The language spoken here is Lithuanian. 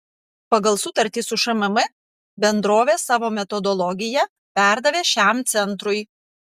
pagal sutartį su šmm bendrovė savo metodologiją perdavė šiam centrui